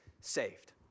saved